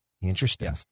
Interesting